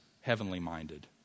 heavenly-minded